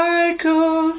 Michael